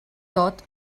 tot